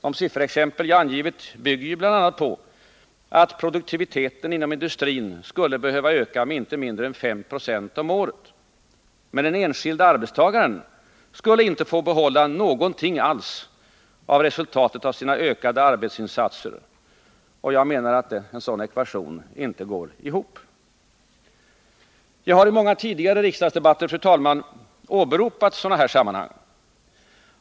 De sifferexempel jag angivit bygger ju bl.a. på att produktiviteten inom industrin skulle behöva öka med inte mindre än 5 76 om året. Men den enskilde arbetstagaren skulle inte få behålla någonting alls av resultatet av sina ökade arbetsinsatser. Jag menar att en sådan ekvation inte går ihop. Jag har i många tidigare riksdagsdebatter, fru talman, åberopat sådana här sammanhang.